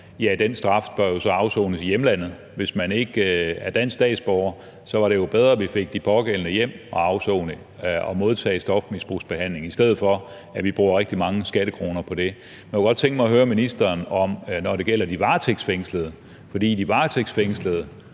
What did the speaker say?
taler om, bør så afsones i hjemlandet. Hvis man ikke er dansk statsborger, var det jo bedre, at vi fik de pågældende hjem for at afsone og modtage stofmisbrugsbehandling, i stedet for at vi bruger rigtig mange skattekroner på det. Jeg kunne godt tænke mig at spørge ministeren om de varetægtsfængslede, for de varetægtsfængslede